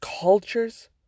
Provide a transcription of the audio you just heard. cultures